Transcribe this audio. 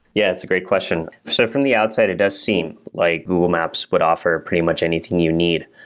yeah, it's a great question. so from the outside, it does seem like google maps would offer pretty much anything you need.